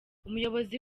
umuyobozi